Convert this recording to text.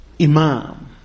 imam